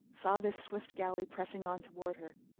saw this swift galley pressing on toward her.